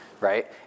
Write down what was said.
right